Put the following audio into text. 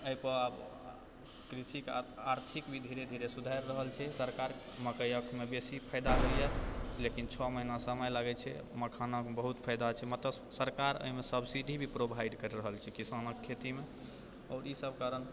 एहि पर आब कृषिके आब आर्थिक भी धीरे धीरे सुधारि रहल छै सरकार मक्कइकमे बेसी फायदा होइया लेकिन छओ महिना समय लागै छै मखानामे बहुत फायदा छै मत्स्य सरकार एहिमे सब्सिडी भी प्रोवाइड करि रहल छै किसानक खेतीमे आओर इसभ कारण